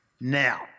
now